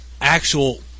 actual